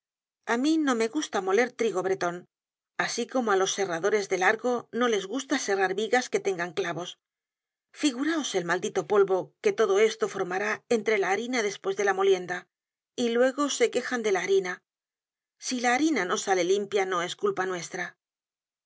a mí no me gusta moler trigo breton asi como á los serradores de largo no les gusta serrar vigas que tengan clavos figuraos el maldito polvo que todo esto formará en content from google book search generated at tre la harina despues de la molienda y luego se quejan de la harina si la harina no sale limpia no es culpa nuestra